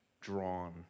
drawn